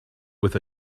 with